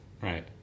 Right